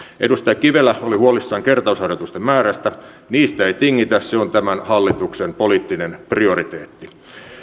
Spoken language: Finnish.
edustaja kivelä oli huolissaan kertausharjoitusten määrästä niistä ei tingitä se on tämän hallituksen poliittinen prioriteetti